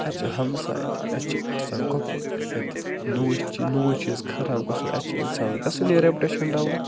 اَتہِ چھِ ہمساے تہِ اَتہِ چھِ آسان کۄپٲٹھۍ اَتہِ نوٚوٕے چی چیٖز خراب گَژھُن اَتہِ چھِ اِنسانَس گَژھٲنۍ رٮ۪پٹیشَن ڈاوُن